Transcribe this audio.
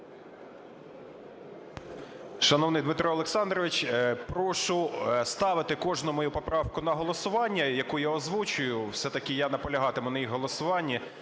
Дмитро Олександрович, прошу ставити кожну мою поправку на голосування, яку я озвучую. Все-таки я наполягатиму на їх голосуванні.